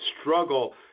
struggle